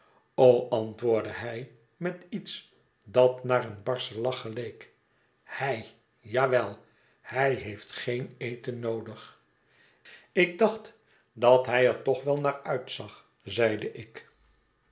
antwoordde hij met iets dat naar een barschen lach geleek hijl ja wel hij heeft geen eten noodig ik dacht dat hij er toch wel naar uitzag zeide ik